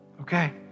Okay